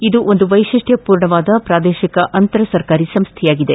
ಇದು ಒಂದು ವೈಶಿಷ್ಠ ಪೂರ್ಣವಾದ ಪ್ರಾದೇಶಿಕ ಅಂತರ ಸರ್ಕಾರಿ ಸಂಸ್ಥೆಯಾಗಿದೆ